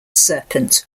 serpent